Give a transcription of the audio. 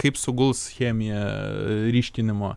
kaip suguls chemija ryškinimo